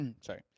sorry